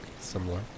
similar